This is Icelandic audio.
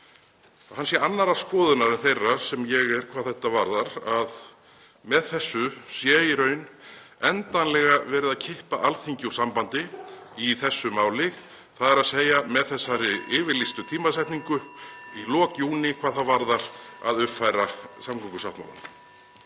hann sé annarrar skoðunar en ég hvað þetta varðar, að með þessu sé í raun endanlega verið að kippa Alþingi úr sambandi í þessu máli, þ.e. með þessari yfirlýstu tímasetningu í lok júní hvað það varðar að uppfæra samgöngusáttmálann.